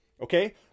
Okay